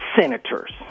senators